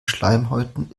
schleimhäuten